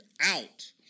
out